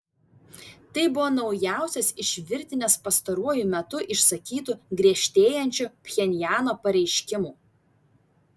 tai buvo naujausias iš virtinės pastaruoju metu išsakytų griežtėjančių pchenjano pareiškimų